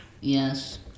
yes